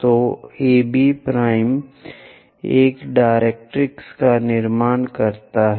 तो AB एक directrix का निर्माण करते हैं